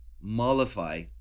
mollify